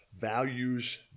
values